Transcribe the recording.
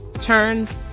turns